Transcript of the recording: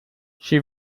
she